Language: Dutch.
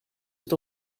het